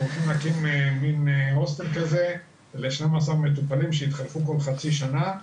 אנחנו הולכים להקים מעין הוסטל כזה ל-12 מטופלים שיתחלפו כל חצי שנה.